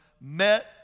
met